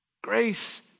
Grace